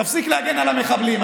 תפסיק להגן על המחבלים.